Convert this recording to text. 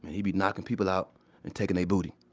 he'd be knocking people out and takin' they booty.